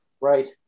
right